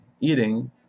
Eating